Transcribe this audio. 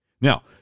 Now